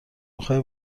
میخوای